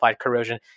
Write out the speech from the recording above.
corrosion